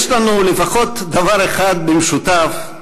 יש לנו לפחות דבר אחד במשותף.